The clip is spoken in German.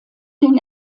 den